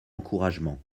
encouragement